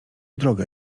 drogę